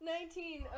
Nineteen